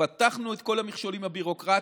פתחנו את כל המכשולים הביורוקרטיים,